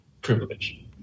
privilege